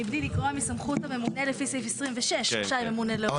מבלי לגרוע מסמכות הממונה לפי סעיף 26. אני